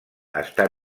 està